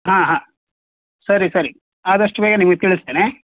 ಹಾಂ ಹಾಂ ಸರಿ ಸರಿ ಆದಷ್ಟು ಬೇಗ ನಿಮಿಗೆ ತಿಳಿಸ್ತೇನೆ